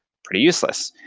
pretty useless.